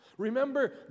Remember